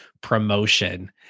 Promotion